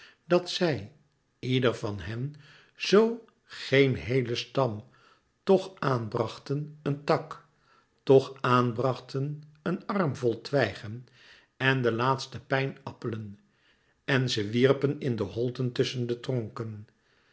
dat zij ieder van hen zoo geen heelen stam toch aan brachten een tak toch aan brachten een arm vol twijgen en de laatste pijnappelen en ze wierpen in de holten tusschen de tronken